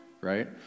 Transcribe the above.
right